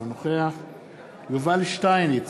אינו נוכח יובל שטייניץ,